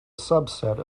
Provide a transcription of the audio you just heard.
subset